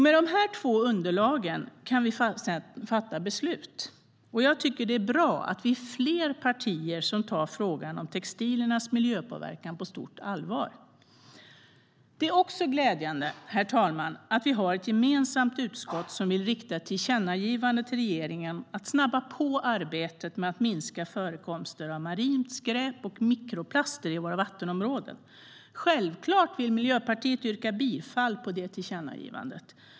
Med dessa båda underlag kan vi sedan fatta beslut. Jag tycker det är bra att vi är flera partier som tar frågan om textiliernas miljöpåverkan på stort allvar. Det är också glädjande, herr talman, att vi har ett utskott som gemensamt vill rikta ett tillkännagivande till regeringen om att snabba på arbetet med att minska förekomsten av marint skräp och mikroplaster i våra vattenområden. Självklart vill Miljöpartiet yrka bifall till det tillkännagivandet.